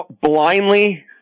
blindly